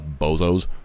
bozos